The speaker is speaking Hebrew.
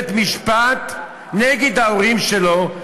יכול ללכת לבית-משפט נגד ההורים שלו,